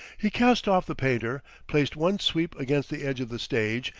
he cast off the painter, placed one sweep against the edge of the stage,